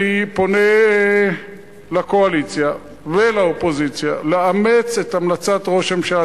אני פונה לקואליציה ולאופוזיציה לאמץ את המלצת ראש הממשלה,